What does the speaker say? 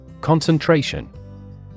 Concentration